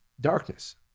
darkness